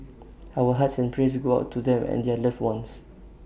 our hearts and prayers go out to them and their loved ones